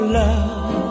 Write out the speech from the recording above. love